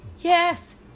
Yes